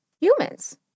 humans